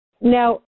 Now